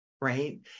right